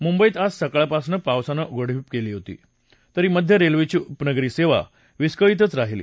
मुंबईत आज सकाळपासून पावसानं उघडीप दिली असली तरी मध्य रेल्वेची उपनगरी सेवा विस्कळीतच राहिली